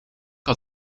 had